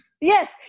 yes